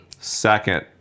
second